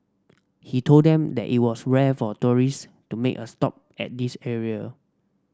he told them that it was rare for tourists to make a stop at this area